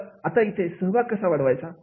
तर आता इथे सहभाग कसा वाढवायचा